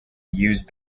use